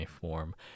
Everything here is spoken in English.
form